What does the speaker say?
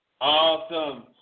awesome